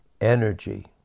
energy